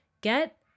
Get